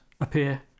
appear